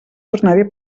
tornaré